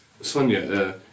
Sonia